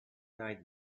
died